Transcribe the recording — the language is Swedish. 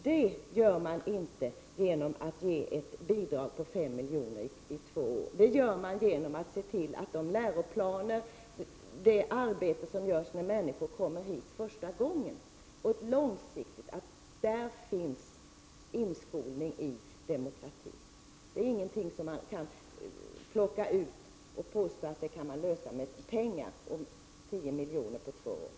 Men detta uppnår man inte genom att ge ett bidrag på 5 miljoner i två år, utan det uppnår man genom att se till att det i de läroplaner som används och i det långsiktiga arbete som påbörjas när människor kommer hit första gången finns inskolning i demokrati. Det är ingenting som man kan plocka ut och påstå att det går att åstadkomma med pengar, med 10 miljoner på två år.